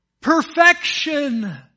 perfection